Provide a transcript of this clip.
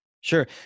Sure